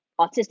autistic